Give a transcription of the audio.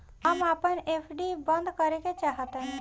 हम अपन एफ.डी बंद करेके चाहातानी